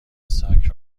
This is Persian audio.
ساک